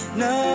no